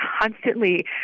constantly